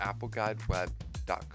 AppleGuideWeb.com